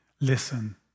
listen